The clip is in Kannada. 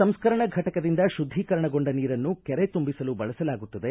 ಸಂಸ್ಕರಣ ಘಟಕದಿಂದ ಶುದ್ಧೀಕರಣಗೊಂಡ ನೀರನ್ನು ಕೆರೆ ತುಂಬಿಸಲು ಬಳಸಲಾಗುತ್ತದೆ